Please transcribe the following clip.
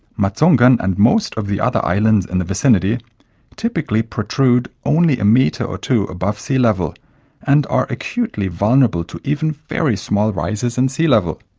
matsungan and most of the other islands in the vicinity typically protrude only a metre or two above sea level and are acutely vulnerable to even very small rises in and sea level.